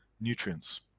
nutrients